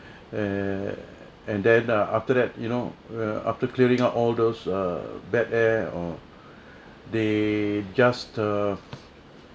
err and then uh after that you know uh after clearing up all those uh bad air or they just uh